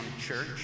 church